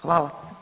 Hvala.